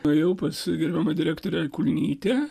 nuėjau pas gerbiamą direktorę kulnytę